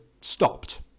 stopped